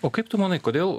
o kaip tu manai kodėl